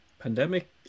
pandemic